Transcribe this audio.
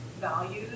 values